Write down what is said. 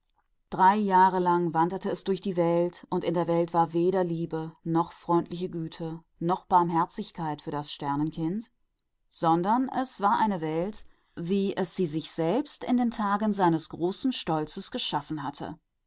drei jahre lang wanderte es über die welt und in der welt war weder liebe noch güte noch erbarmen für das kind sondern es war eine welt wie es sie in den tagen seines großen stolzes um sich geschaffen hatte